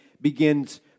begins